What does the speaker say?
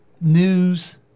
news